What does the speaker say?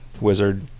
wizard